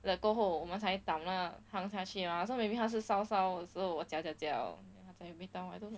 then 过后我们才把那个放下去 mah so maybe 他是烧烧的时候我搅搅搅 every time